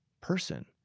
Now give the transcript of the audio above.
person